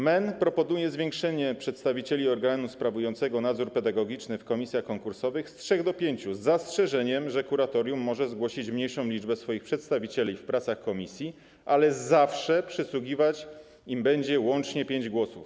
MEN proponuje zwiększenie liczby przedstawicieli organu sprawującego nadzór pedagogiczny w komisjach konkursowych z trzech do pięciu, z zastrzeżeniem że kuratorium może zgłosić mniejszą liczbę swoich przedstawicieli w pracach komisji, ale zawsze przysługiwać im będzie łącznie 5 głosów.